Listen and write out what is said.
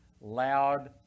loud